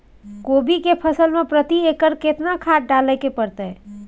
कोबी के फसल मे प्रति एकर केतना खाद डालय के परतय?